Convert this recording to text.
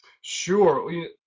Sure